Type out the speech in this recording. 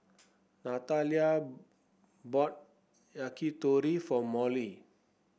Natalia bought Yakitori for Molly